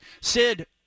Sid